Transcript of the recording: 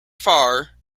far